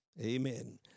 Amen